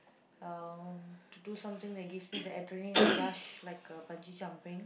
um to do something that gives me the adrenaline rush like uh bungee jumping